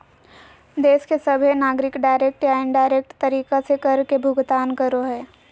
देश के सभहे नागरिक डायरेक्ट या इनडायरेक्ट तरीका से कर के भुगतान करो हय